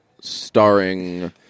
starring